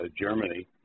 Germany